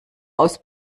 aus